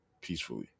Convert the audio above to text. peacefully